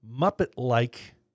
Muppet-like